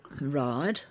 Right